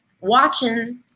watching